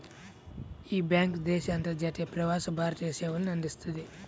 యీ బ్యేంకు దేశీయ, అంతర్జాతీయ, ప్రవాస భారతీయ సేవల్ని అందిస్తది